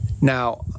Now